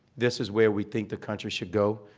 this is where we think the country should go.